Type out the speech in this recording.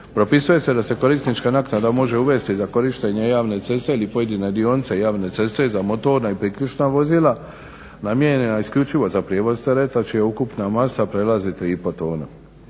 Propisuje se da se korisnička naknada može uvesti za korištenje javne ceste ili pojedine dionice javne ceste za motorna i priključna vozila namijenjena isključivo za prijevoz tereta čija ukupna masa prelazi 3,5 tone.